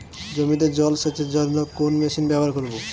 জমিতে জল সেচের জন্য কোন মেশিন ব্যবহার করব?